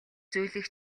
зүйлийг